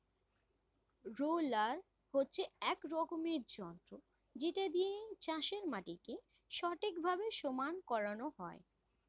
roller হচ্ছে এক রকমের যন্ত্র যেটা দিয়ে চাষের মাটিকে ঠিকভাবে সমান বানানো হয়